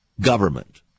government